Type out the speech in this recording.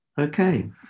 Okay